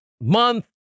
month